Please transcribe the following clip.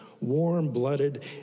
warm-blooded